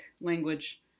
language